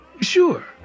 Sure